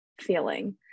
feeling